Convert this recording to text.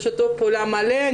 בשיתוף פעולה מלא,